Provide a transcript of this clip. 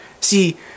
See